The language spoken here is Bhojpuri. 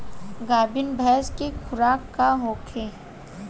गाभिन भैंस के खुराक का होखे?